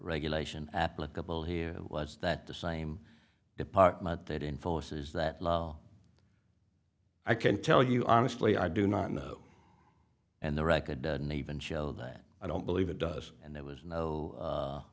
regulation applicable here was that the same department that enforces that law i can tell you honestly i do not know and the record doesn't even show that i don't believe it does and there was no